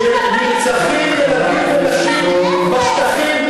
כשנרצחים ילדים ונשים בשטחים,